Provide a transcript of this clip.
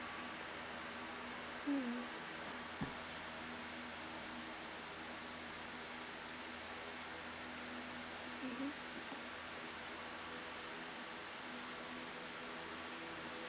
mm mmhmm